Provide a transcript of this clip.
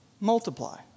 multiply